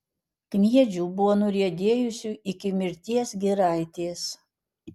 kniedžių buvo nuriedėjusių iki mirties giraitės